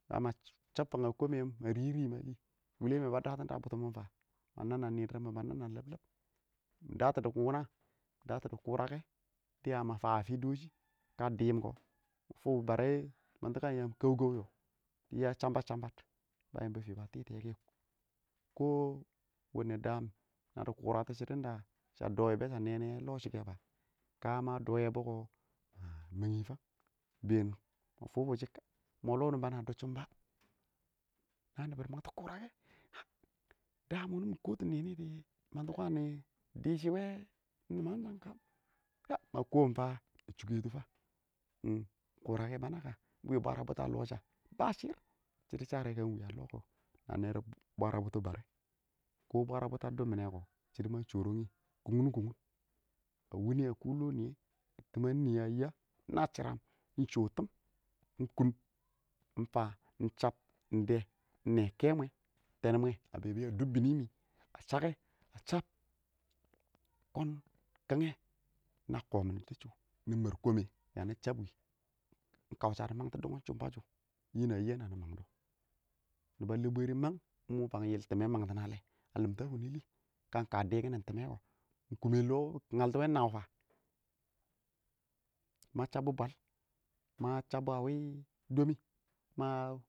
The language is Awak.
ya ma chab fang a kɔmɛ wɪ ma rim rɪm ma? wʊlɛ mɛ ba datin da a bʊtʊm fa ba nam-nam yɪn dɪrr mɪn bɛ nan nam lillib mɪ datɔ kɪ kʊngʊn na, mɪ datɔ dɪ kʊrakɛ dɪya yama fawɛ a fɪ dɪ shɪkɛ dɪm kɪ barɛ nadʊ yatɔ yam kaʊkaʊ nɔ, dɪ ya cham bat chambat, a yɪmbɔ fɪ ba titiyɛ kɛ daam naddi kʊratɔ shɪdɔn da sha dɔ wɛ bɛɛ sha nɛ wɪ lɔ shɔ kɛ fa, kama dɔwɔ bɔ kɪ ma mang nɪ fang ma fʊ-fʊ shɪ kaɪ mɔlɔ wʊnɪ bana a dɔdshɪn c ba? na nɪbɔ di mang tɔ kʊrakɛ daam wʊni mɪ kɔtʊ nɪnɪ dɪ mangtɔ kwaan dishɪ wɛ ma kɔm fa dɪtɔ fan, ɪng kʊrakɛ bana ka, ɪng bwarabʊtʊ lɔh sha? ba shiir shɪdɔ sha karɛ ka ɪng wɪ a lɔ kɔ na nɛdɔ bwara bʊtʊ barɛ bwara bʊtʊ a dʊm mɪnɛ kɔ shɪdɔ ma shɔrɛng wɪ kʊn kʊn wini amʊr lɔ miyɛ a yɛ na shiram mɪ shɔɔ tɪm kʊn nɪ fan mɪ chab ɪng dɛɛ nh nɔ kamwɔ tɛɛnmɛ a bɛɛ bɛɛ dʊb bɪnɪ ma shallɛ chab kʊn kʊngnɛ na kɔmɪn tichch mnimɛr kɔmɛ yam chab, wɪɪn ɪng kaʊsha dɪ mangtɔ shumbashu, nɪn a yɪye namɪ mangdɔ niba lɛ bwɛri mang yɪl timɛ mangtin na lɛfa lamta wism lɪ? kɪma ka dikin timɛ ɛkɔ wɪɪn kʊmin csh bɪ ngalts wɔ ng naw fan ma chabbɔ bwal ma chabbɔawi bo, a wɪ dɔmɪ ma.